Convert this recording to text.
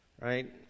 right